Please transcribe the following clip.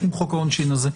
עם חוק העונשין הזה.